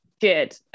Good